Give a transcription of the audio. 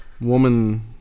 Woman